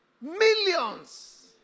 millions